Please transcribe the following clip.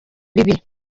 bibi